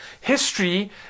History